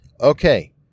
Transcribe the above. okay